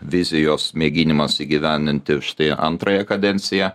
vizijos mėginimas įgyvendinti štai antrąją kadenciją